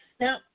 Now